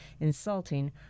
insulting